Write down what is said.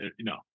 no